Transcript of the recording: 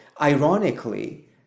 ironically